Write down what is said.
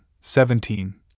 seventeen